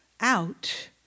out